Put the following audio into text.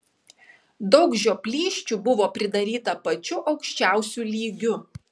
daug žioplysčių buvo pridaryta pačiu aukščiausiu lygiu